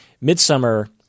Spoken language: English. Midsummer